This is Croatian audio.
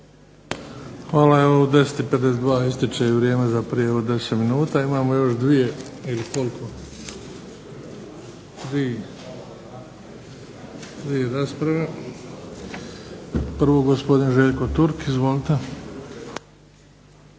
Hvala. Evo u 10 i 52 ističe i vrijeme za prijavu od 10 minuta. Imamo još dvije, ili koliko, tri rasprave. Prvu gospodin Željko Turk. Izvolite.